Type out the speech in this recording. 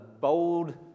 bold